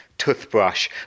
toothbrush